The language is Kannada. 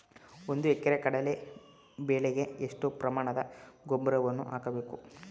ಒಂದು ಎಕರೆ ಕಡಲೆ ಬೆಳೆಗೆ ಎಷ್ಟು ಪ್ರಮಾಣದ ಗೊಬ್ಬರವನ್ನು ಹಾಕಬೇಕು?